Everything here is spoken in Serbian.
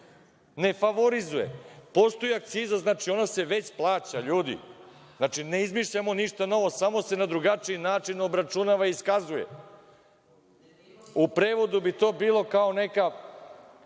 Ne favorizuje. Postoji akciza, znači, ona se već plaća, ljudi. Znači, ne izmišljamo ništa novo, samo se na drugačiji način obračunava i iskazuje. U prevodu bi to bilo kao neka